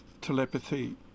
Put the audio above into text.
telepathy